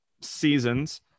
seasons